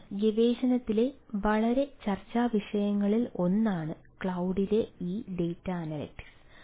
അതിനാൽ ഗവേഷണത്തിലെ വളരെ ചർച്ചാവിഷയങ്ങളിൽ ഒന്നാണ് ക്ലൌഡിലെ ഈ ഡാറ്റ അനലിറ്റിക്സ്